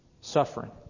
suffering